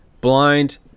Blind